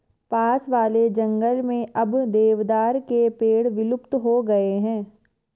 पास वाले जंगल में अब देवदार के पेड़ विलुप्त हो गए हैं